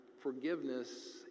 forgiveness